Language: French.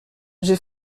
j’ai